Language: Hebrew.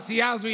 שהסיעה הזאת,